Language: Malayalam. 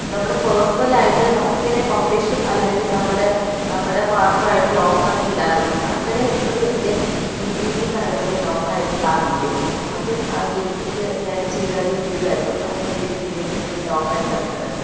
നമ്മുടെ പേഴ്സണലായിട്ട് നമുക്ക് ഇങ്ങനെ പബ്ലിഷും അല്ലങ്കിൽ നമ്മുടെ നമ്മുടെ മാത്രമായിട്ട് ലോക്കാക്കി ഇടാൻ പറ്റും അങ്ങനെ ഇപ്പഴും എൻ്റെ യുട്യൂബിൽ കിടക്കുന്നുണ്ട് ആ ലോക്കാക്കിട്ടുള്ള ആ വീഡിയോ അതും ആ ഗിനി പിഗ് ഞാൻ ചെയ്ത ഒരു വീഡിയോ ആയിരുന്നു അത് രണ്ടിൻറ്റെയും വീഡിയോ ഇപ്പഴും ലോക്കായി കിടക്കുന്നുണ്ട്